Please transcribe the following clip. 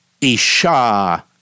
isha